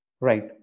Right